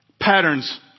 patterns